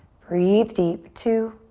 breathe deep, two.